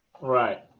Right